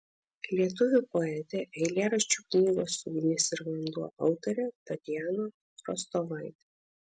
lietuvių poetė eilėraščių knygos ugnis ir vanduo autorė tatjana rostovaitė